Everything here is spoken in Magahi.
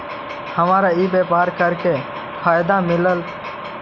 हमरा ई व्यापार करके का फायदा मिलतइ?